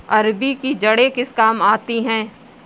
अरबी की जड़ें किस काम आती हैं?